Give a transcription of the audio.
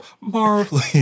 Marley